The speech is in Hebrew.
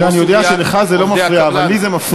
תראה, אני יודע שלך זה לא מפריע, אבל לי זה מפריע.